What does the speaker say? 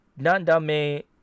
nandame